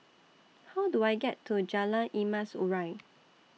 How Do I get to Jalan Emas Urai